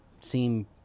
seem